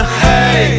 hey